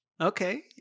Okay